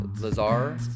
Lazar